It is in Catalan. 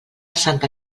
santa